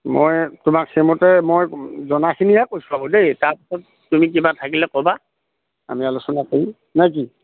মই তোমাক সেইমতে মই জনাখিনিয়ে কৈছোঁ আৰু দেই তাৰপাছত তুমি কিবা থাকিলে ক'বা আমি আলোচনা কৰিম নে কি